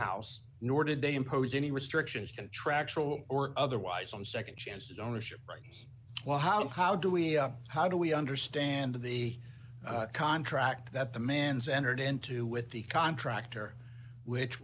house nor did they impose any restrictions contractual or otherwise on nd chances ownership rights well how how do we how do we understand the contract that the man's entered into with the contractor which